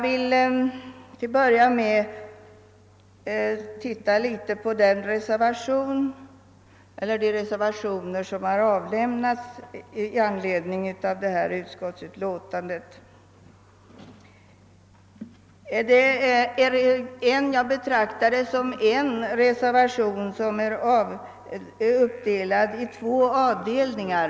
Till att börja med vill jag se litet på de reservationer som avlämnats i anledning av detta utskottsutlåtande. Jag betraktar dem som en reservation, som är uppdelad i två avdelningar.